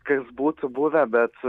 kas būtų buvę bet